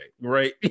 right